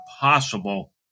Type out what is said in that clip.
possible